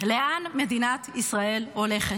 לאן מדינת ישראל הולכת?